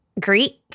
Greek